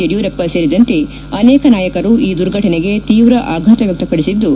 ಯಡಿಯೂರಪ್ಪ ಸೇರಿದಂತೆ ಅನೇಕ ನಾಯಕರು ಈ ದುರ್ಘಟನೆಗೆ ತೀವ್ರ ಆಘಾತ ವ್ಯಕ್ತಪಡಿಸಿದ್ದು